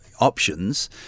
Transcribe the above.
options